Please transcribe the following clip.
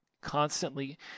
constantly